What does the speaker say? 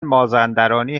مازندرانی